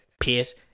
piss